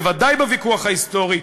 בוודאי בוויכוח ההיסטורי,